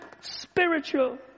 spiritual